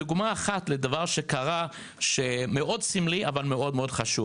דוגמה לדבר שקרה שהוא מאוד סמלי אבל מאוד מאוד חשוב